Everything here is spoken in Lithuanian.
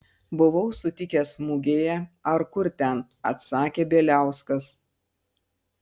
buvau sutikęs mugėje ar kur ten atsakė bieliauskas